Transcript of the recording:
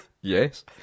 Yes